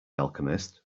alchemist